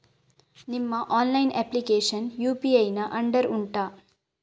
ನಿಮ್ಮ online application UPI ನ under ಉಂಟಾ